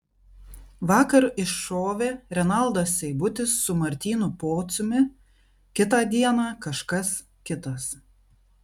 vakar iššovė renaldas seibutis su martynu pociumi kitą dieną kažkas kitas